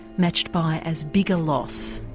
matched by as big a loss.